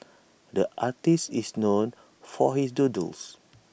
the artist is known for his doodles